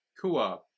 Kua